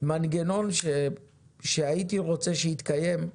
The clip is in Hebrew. מנגנון שהייתי רוצה שיתקיים,